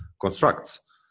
constructs